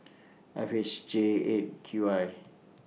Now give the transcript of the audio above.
F H J eight Q I